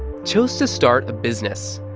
chose to start a business.